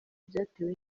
byatewe